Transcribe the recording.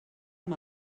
amb